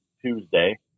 Tuesday